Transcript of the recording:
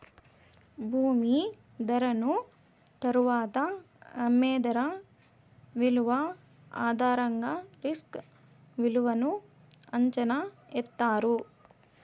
భూమి ధరను తరువాత అమ్మే ధర విలువ ఆధారంగా రిస్క్ విలువను అంచనా ఎత్తారు